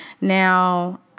Now